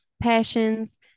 passions